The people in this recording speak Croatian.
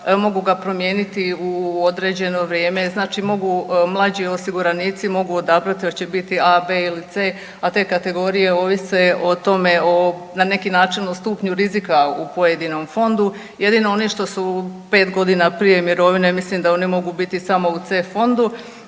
mogu ga promijeniti u određeno vrijeme znači mogu mlađi osiguranici, mogu odabrati hoće biti A, B ili C, a te kategorije ovise o tome o, na neki način o stupnju rizika u pojedinom fondu. Jedino ono što su 5 godina prije mirovine mislim da oni mogu biti samo u C fondu,